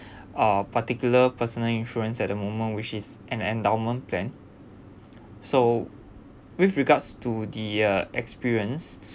uh particular personal insurance at the moment which is an endowment plan so with regards to the uh experience